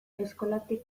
eskolatik